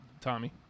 Tommy